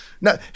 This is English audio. no